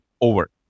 over